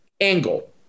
angle